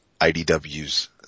IDW's